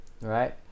right